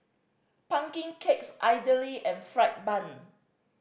pumpkin cakes idly and fried bun